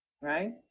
right